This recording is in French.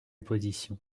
position